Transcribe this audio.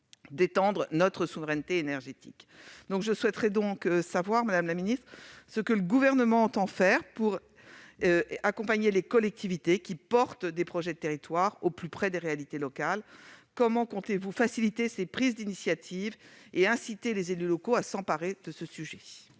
d'étendre notre souveraineté énergétique. Je souhaiterais donc savoir, madame la secrétaire d'État, ce que le Gouvernement entend faire pour accompagner les collectivités qui portent des projets de territoire au plus près des réalités locales. Comment comptez-vous favoriser ces prises d'initiative et inciter les élus locaux à s'emparer de ce sujet ?